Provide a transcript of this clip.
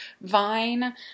vine